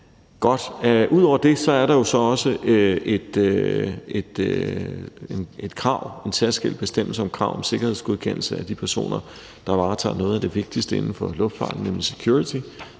Ud over det er der jo så også en særskilt bestemmelse om krav om sikkerhedsgodkendelse af de personer, der varetager noget af det vigtigste inden for luftfarten, nemlig security.